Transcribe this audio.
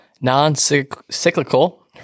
non-cyclical